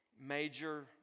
major